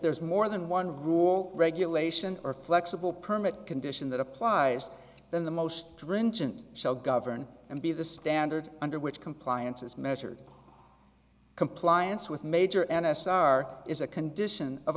there's more than one rule regulation or flexible permit condition that applies then the most stringent shall govern and be the standard under which compliance is measured compliance with major and s r is a condition of